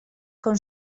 com